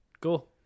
Cool